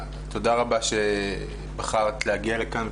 תודה רבה שבחרת להגיע לכאן,